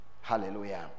hallelujah